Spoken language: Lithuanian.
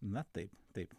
na taip taip